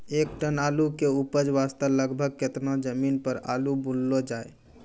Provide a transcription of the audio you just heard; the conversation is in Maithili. एक टन आलू के उपज वास्ते लगभग केतना जमीन पर आलू बुनलो जाय?